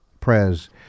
prayers